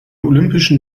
olympischen